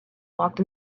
walked